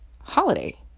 holiday